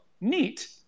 neat